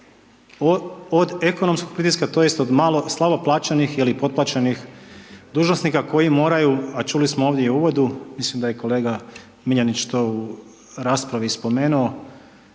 od ekonomskog pritiska, tj. od malo, slabo plaćenih ili potplaćenih dužnosnika koji moraju, a čuli smo ovdje i u uvodu mislim da je kolega Miljanić to raspravi spomenuo